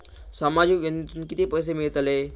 सामाजिक योजनेतून किती पैसे मिळतले?